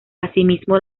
asimismo